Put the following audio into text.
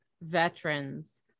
veterans